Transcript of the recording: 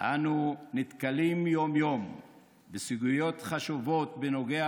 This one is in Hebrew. אנו נתקלים יום-יום בסוגיות חשובות בנוגע